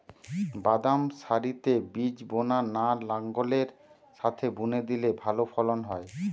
বাদাম সারিতে বীজ বোনা না লাঙ্গলের সাথে বুনে দিলে ভালো ফলন হয়?